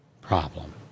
problem